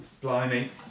Blimey